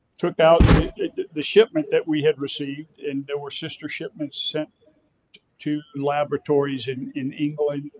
took out the the shipment that we had received and there were sister shipments sent to laboratories in in england,